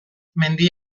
mendi